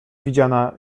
widziana